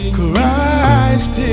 Christ